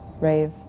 rave